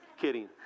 Kidding